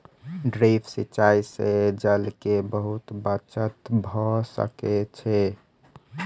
drip सिचाई से जल के बहुत बचत भ सकै छै